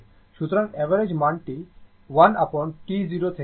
সুতরাং অ্যাভারেজ মানটি 1 upon T 0 থেকে idt পর্যন্ত হওয়া উচিত